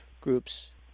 groups